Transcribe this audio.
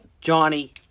Johnny